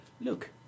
Look